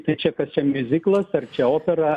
tai čia kas čia miuziklas ar čia opera